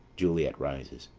juliet rises.